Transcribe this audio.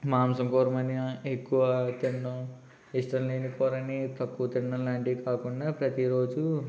మాంసం కూర్మని ఎక్కువ తిండం ఇష్టం లేని కూరని తక్కువ తినడం లాంటివి కాకుండా ప్రతిరోజు